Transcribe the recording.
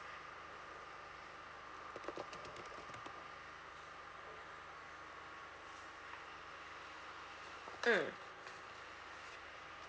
mm